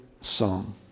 song